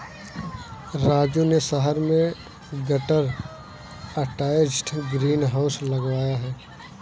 राजू ने शहर में गटर अटैच्ड ग्रीन हाउस लगाया है